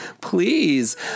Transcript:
Please